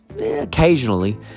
occasionally